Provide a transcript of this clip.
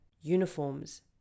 uniforms